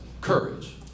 Courage